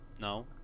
No